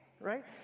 right